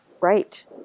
Right